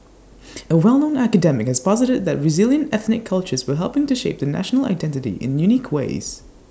A well known academic has posited that resilient ethnic cultures were helping to shape the national identity in unique ways